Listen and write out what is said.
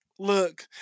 Look